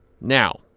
Now